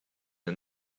and